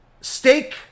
steak